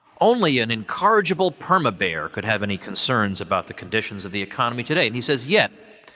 only an incorrigible perma-bear could have any concerns about the conditions of the economy today. and he says, yet,